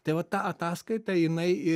tai va ta ataskaita jinai